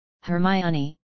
Hermione